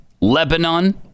Lebanon